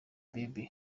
bieber